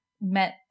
met